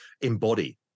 embody